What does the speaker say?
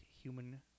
human